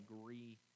agree